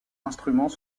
instruments